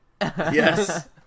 Yes